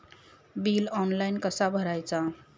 Bill online कसा भरायचा?